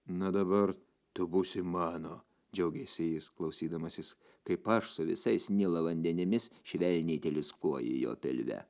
na dabar tu būsi mano džiaugėsi jis klausydamasis kaip aš su visais nilo vandenimis švelniai teliūskuoju jo pilve